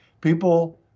People